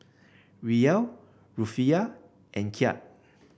Riel Rufiyaa and Kyat